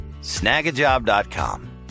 Snagajob.com